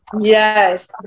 yes